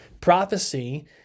prophecy